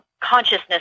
consciousness